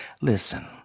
Listen